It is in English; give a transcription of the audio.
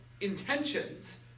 intentions